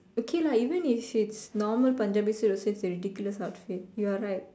okay lah even if it's normal Punjabi suit it still is a ridiculous outfit you are right